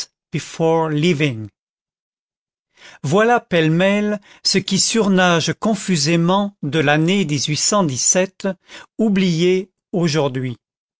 voilà pêle-mêle ce qui surnage confusément de l'année oubliée aujourd'hui